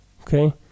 Okay